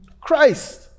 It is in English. Christ